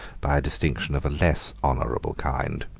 by a distinction of a less honorable kind.